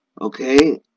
okay